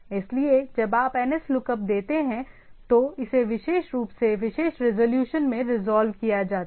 इसलिए जब आप nslookup देते हैं तो इसे विशेष रूप से विशेष रिज़ॉल्यूशन में रिजॉल्व किया जाता है